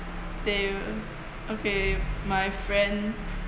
they okay my friend